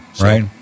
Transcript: Right